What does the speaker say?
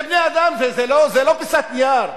זה בני-אדם, זה לא פיסת נייר.